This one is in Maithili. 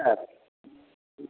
हँ